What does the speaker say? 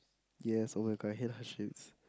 yes [oh]-my-god I hate her shoes